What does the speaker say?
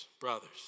brothers